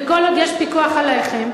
וכל עוד יש פיקוח על לחם,